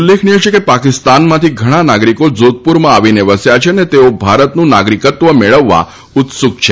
ઉલ્લેખનિય છે કે પાકિસ્તાનમાંથી ઘણા નાગરિકો જોધપુરમાં આવીને વસ્યા છે અને તેઓ ભારતનું નાગરિકત્વ મેળવવા ઉત્સુક છે